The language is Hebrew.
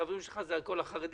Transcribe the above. החברים שלך זה כל החרדים,